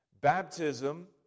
Baptism